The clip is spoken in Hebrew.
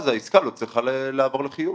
אז העסקה לא צריכה לעבור לחיוב.